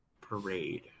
parade